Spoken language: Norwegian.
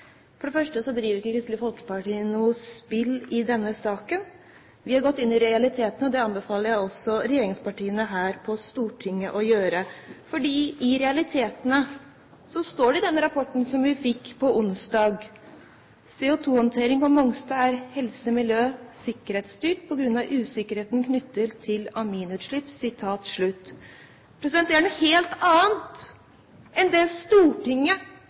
For det første driver ikke Kristelig Folkeparti noe spill i denne saken. Vi har gått inn i realitetene, og det anbefaler jeg også regjeringspartiene her på Stortinget å gjøre. Og i realiteten står det i den rapporten som vi fikk på onsdag: «CO2-håndtering på Mongstad er HMS styrt pga usikkerhet knyttet til aminutslipp.» Det er noe helt annet enn det Stortinget